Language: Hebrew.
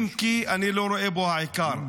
אם כי אני לא רואה בו את העיקר.